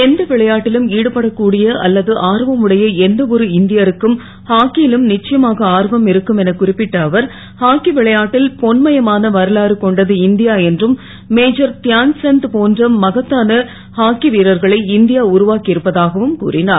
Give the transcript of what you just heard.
எந்த விளையாட்டிலும் ஈடுபட கூடிய அல்லது ஆர்வமுடைய எந்தவொரு இந் யருக்கும் ஹாக்கி லும் ச்சயமாக ஆர்வம் இருக்கும் என குறிப்பிட்ட அவர் ஹாக்கி விளையாட்டில் பொன்மயமான வரலாறு கொண்டது இந் யா என்றும் மேஜர் யான்சந்த் போன்ற மகத்தான ஹாக்கி வீரர்களை இந் யா உருவாக்கி இருப்பதாகவும் கூறினார்